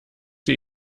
sie